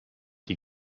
die